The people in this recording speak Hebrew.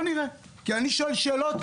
כי אני שואל שאלות,